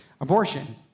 Abortion